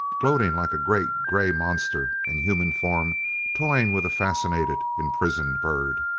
gloating like a great gray monster in human form toying with a fascinated, imprisoned bird.